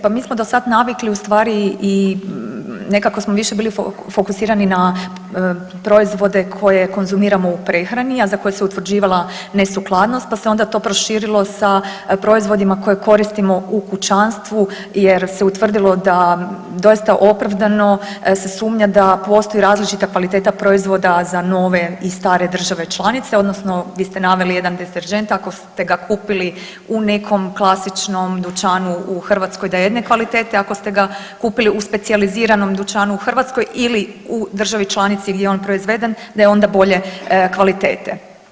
Pa mi smo do sada navikli ustvari i nekako smo više bili fokusirani na proizvode koje konzumiramo u prehrani, a za koje se utvrđivala nesukladnost pa se onda to proširilo sa proizvodima koje koristimo u kućanstvu jer se utvrdilo da doista opravdano se sumnja da postoji različita kvaliteta proizvoda za nove i stare države članice odnosno vi ste naveli jedan deterdžent ako ste ga kupili u nekom klasičnom dućanu u Hrvatskoj da je jedne kvalitete, ako ste ga kupili u specijaliziranom dućanu u Hrvatskoj ili u državi članici gdje je on proizveden da je onda bolje kvalitete.